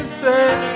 say